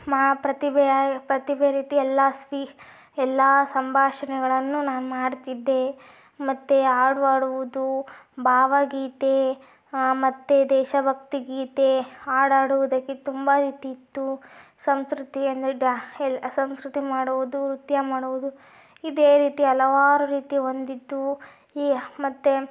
ಮಾ ಪ್ರತಿಭೆಯ ಪ್ರತಿಭೆ ರೀತಿ ಎಲ್ಲ ಸ್ಪಿ ಎಲ್ಲ ಸಂಭಾಷಣೆಗಳನ್ನು ನಾನು ಮಾಡ್ತಿದ್ದೆ ಮತ್ತು ಹಾಡು ಹಾಡುವುದು ಭಾವಗೀತೆ ಮತ್ತು ದೇಶ ಭಕ್ತಿಗೀತೆ ಹಾಡು ಹಾಡುವುದಕ್ಕೆ ತುಂಬ ರೀತಿಯಿತ್ತು ಸಂಸ್ಕೃತಿ ಅಂದರೆ ಡ್ಯಾ ಎಲ್ಲಿ ಸಂಸ್ಕೃತಿ ಮಾಡುವುದು ನೃತ್ಯ ಮಾಡುವುದು ಇದೇ ರೀತಿ ಹಲವಾರು ರೀತಿ ಹೊಂದಿದ್ದು ಈ ಮತ್ತು